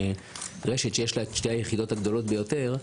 רשת שיש לה את שתי היחידות הגדולות ביותר,